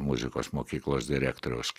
muzikos mokyklos direktoriaus